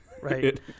right